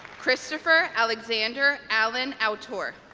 christopher alexander allan autor